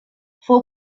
fou